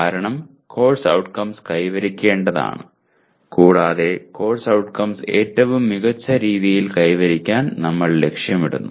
കാരണം course outcomes കൈവരിക്കേണ്ടതാണ് കൂടാതെ കോഴ്സ് ഔട്ട്കംസ് ഏറ്റവും മികച്ച രീതിയിൽ കൈവരിക്കാൻ നമ്മൾ ലക്ഷ്യമിടുന്നു